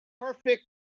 perfect